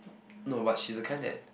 no but she is the kind that